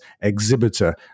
exhibitor